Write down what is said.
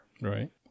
Right